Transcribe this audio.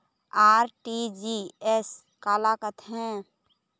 RTGS काला कथें?